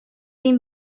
این